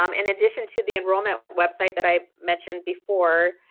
um in addition to the enrollment website that i mentioned before,